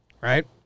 right